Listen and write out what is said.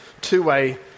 two-way